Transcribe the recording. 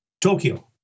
Tokyo